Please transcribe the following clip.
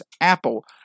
Apple